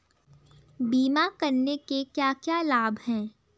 बीमा करने के क्या क्या लाभ हैं?